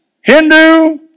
Hindu